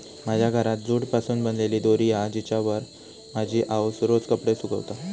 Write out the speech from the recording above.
माझ्या घरात जूट पासून बनलेली दोरी हा जिच्यावर माझी आउस रोज कपडे सुकवता